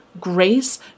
grace